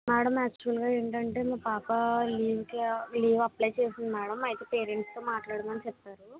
madam యాక్చువల్గా ఏంటంటే మా పాప లీవ్కి లీవ్ అప్లై చేసింది మ్యాడమ్ అయితే పేరెంట్స్తో మాట్లాడమని చెప్పారు